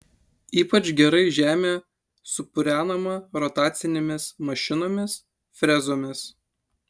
ypač gerai žemė supurenama rotacinėmis mašinomis frezomis